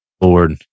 Lord